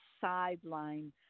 sideline